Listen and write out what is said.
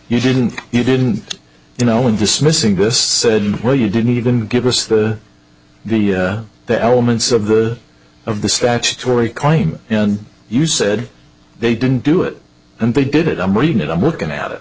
you didn't you didn't you know in dismissing this said well you didn't even give us the the elements of the of the statutory claim and you said they didn't do it and they did it i'm reading it i'm looking at